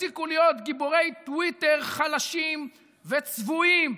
ותפסיקו להיות גיבורי טוויטר חלשים וצבועים.